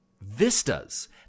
Vistas